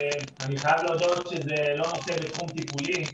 אני חייב להודות שזה לא נושא בתחום טיפולי,